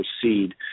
proceed